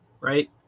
right